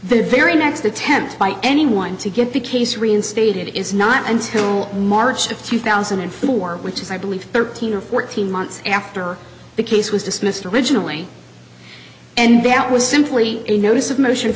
the very next attempt by anyone to get the case reinstated is not until march of two thousand and four which is i believe thirteen or fourteen months after the case was dismissed originally and that was simply a notice of motion